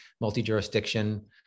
multi-jurisdiction